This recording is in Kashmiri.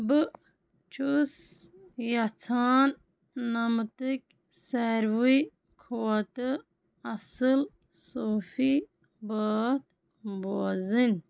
بہٕ چھُس یژھان نمتٕکۍ ساروٕے کھۄتہٕ اصل صوٗفی بٲتھ بوزٕنۍ